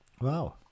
Wow